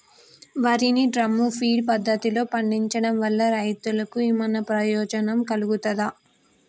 వరి ని drum feed పద్ధతిలో పండించడం వల్ల రైతులకు ఏమన్నా ప్రయోజనం కలుగుతదా?